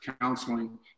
counseling